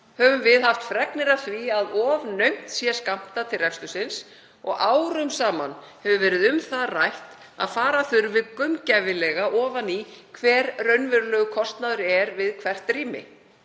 höfum við haft fregnir af því að of naumt sé skammtað til rekstursins og árum saman hefur verið um það rætt að fara þurfi gaumgæfilega ofan í hver raunverulegur kostnaður sé við hvert rými.